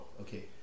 okay